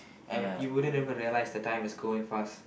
and you wouldn't realise the time is going fast